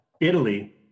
Italy